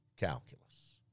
calculus